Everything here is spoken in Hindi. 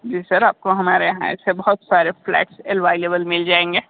जी सर आपको हमारे यहाँ ऐसे बहुत सारे फ्लैट्स अलवाइलेबल मिल जाएंगे